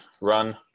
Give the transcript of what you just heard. run